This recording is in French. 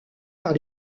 par